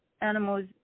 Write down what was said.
animals